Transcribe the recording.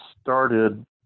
started